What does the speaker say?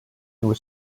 was